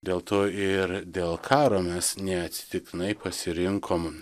dėl to ir dėl karo mes neatsitiktinai pasirinkom